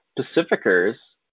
Pacificers